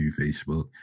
Facebook